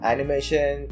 Animation